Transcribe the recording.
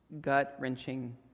gut-wrenching